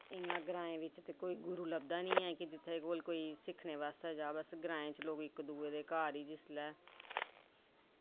इ'यां ग्रांऐं बिच्च कोई गुरू ते लभदा निं ऐ कि जित्थै कोई सिक्खनै आस्तै जाऽ पर इ'यां ग्रांऽ च लोग घर गै जिसलै